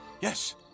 yes